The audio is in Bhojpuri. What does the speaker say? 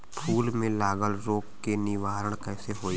फूल में लागल रोग के निवारण कैसे होयी?